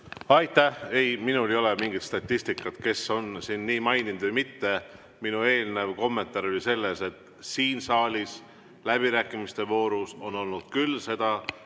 Aitäh! Ei, minul ei ole mingit statistikat, kes on siin nii maininud ja kes mitte. Minu eelnev kommentaar oli see, et siin saalis läbirääkimiste voorus on olnud küll seda,